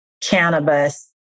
cannabis